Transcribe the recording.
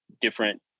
different